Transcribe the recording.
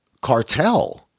cartel